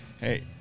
Hey